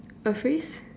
a phrase